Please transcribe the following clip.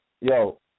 yo